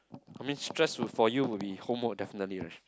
I mean stress for you would be homework definitely right